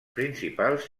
principals